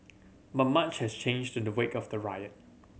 but much has changed in the wake of the riot